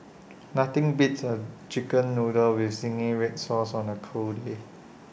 nothing beats A Chicken Noodles with Zingy Red Sauce on A cold day